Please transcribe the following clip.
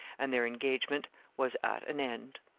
and their engagement was at an end.